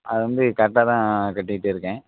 அதை வந்து கரெக்டாக தான் கட்டிகிட்டே இருக்கேன்